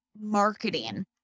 marketing